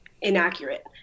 inaccurate